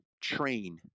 train